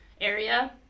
area